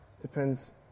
Depends